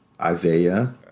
Isaiah